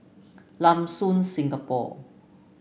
Lam Soon Singapore